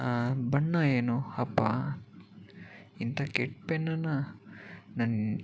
ಬಣ್ಣ ಏನು ಅಪ್ಪಾ ಇಂಥ ಕೆಟ್ಟ ಪೆನ್ನನ್ನು ನನ್ನ